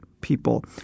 people